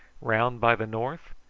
round by the north?